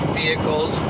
vehicles